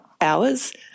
hours